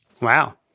Wow